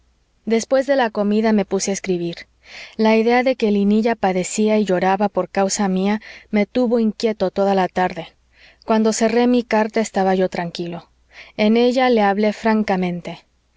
después de la comida me puse a escribir la idea de que linilla padecía y lloraba por causa mía me tuvo inquieto toda la tarde cuando cerré mi carta estaba yo tranquilo en ella le hablé francamente